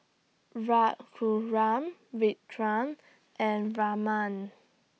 Raghuram Virat and Raman